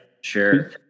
sure